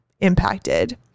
impacted